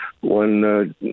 one